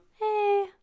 Hey